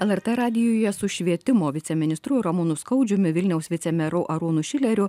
lrt radijuje su švietimo viceministru ramūnu skaudžiumi vilniaus vicemeru arūnu šileriu